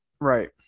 Right